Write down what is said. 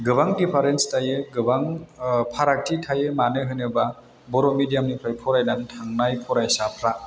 गोबां डिफारेन्स थायो गोबां फारागथि थायो मानो होनोबा बर' मेडियामनिफ्राय फरायनानै थांनाय फरायसाफ्रा